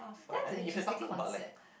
that's a interesting concept